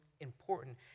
important